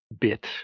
bit